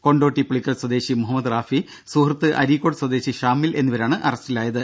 കൊണ്ടോട്ടി പുളിക്കൽ സ്വദേശി മുഹമ്മദ് റാഫി സുഹൃത്ത് അരീക്കോട് സ്വദേശി ഷാമിൽ എന്നിവരാണ് അറസ്റ്റിലായത്